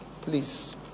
Please